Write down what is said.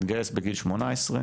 התגייס בגיל 18,